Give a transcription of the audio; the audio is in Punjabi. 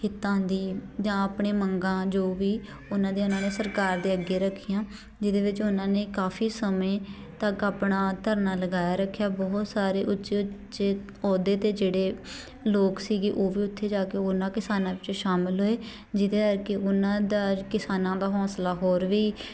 ਹਿੱਤਾਂ ਦੀ ਜਾਂ ਆਪਣੇ ਮੰਗਾਂ ਜੋ ਵੀ ਉਹਨਾਂ ਦੇ ਉਹਨਾਂ ਨੇ ਸਰਕਾਰ ਦੇ ਅੱਗੇ ਰੱਖੀਆਂ ਜਿਹਦੇ ਵਿੱਚ ਉਹਨਾਂ ਨੇ ਕਾਫੀ ਸਮੇਂ ਤੱਕ ਆਪਣਾ ਧਰਨਾ ਲਗਾਇਆ ਰੱਖਿਆ ਬਹੁਤ ਸਾਰੇ ਉੱਚੇ ਉੱਚੇ ਅਹੁਦੇ 'ਤੇ ਜਿਹੜੇ ਲੋਕ ਸੀਗੇ ਉਹ ਵੀ ਉੱਥੇ ਜਾ ਕੇ ਉਹਨਾਂ ਕਿਸਾਨਾਂ ਵਿੱਚ ਸ਼ਾਮਿਲ ਹੋਏ ਜਿਹਦੇ ਕਰਕੇ ਉਹਨਾਂ ਦਾ ਕਿਸਾਨਾਂ ਦਾ ਹੌਂਸਲਾ ਹੋਰ ਵੀ